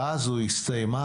הכפילה אם לא שילשה,